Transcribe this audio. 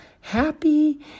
happy